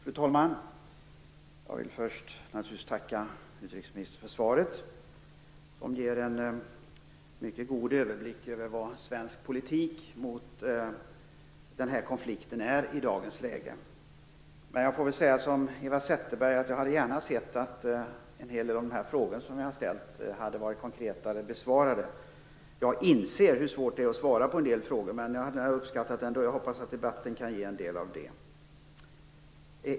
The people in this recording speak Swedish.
Fru talman! Först vill jag tacka utrikesministern för svaret, som ger en mycket god överblick över svensk politik i förhållande till den här konflikten i dagens läge. Men jag får nog säga som Eva Zetterberg. Jag hade alltså gärna sett att en hel del av de frågor som vi ställt var mera konkret besvarade. Jag inser hur svårt det är att svara på en del av frågorna, men jag hade uppskattat svar på fler frågor. Kanske kan debatten ge en del svar.